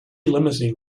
limousine